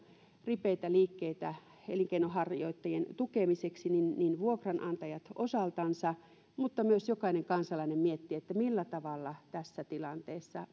ripeitä liikkeitä elinkeinonharjoittajien tukemiseksi paitsi vuokranantajat osaltansa myös jokainen kansalainen miettisi millä tavalla tässä tilanteessa